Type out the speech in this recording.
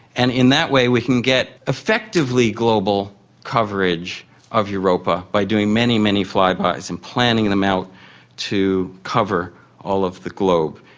and in that way we can get effectively global coverage of europa by doing many, many flybys and planning them out to cover all of the globe.